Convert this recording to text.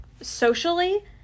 socially